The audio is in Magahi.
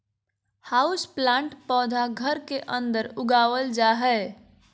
हाउसप्लांट पौधा घर के अंदर उगावल जा हय